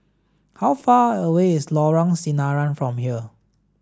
how far away is Lorong Sinaran from here